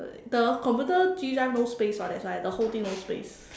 the computer G drive no space [what] that's why the whole thing no space